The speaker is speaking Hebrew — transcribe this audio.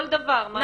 כל דבר.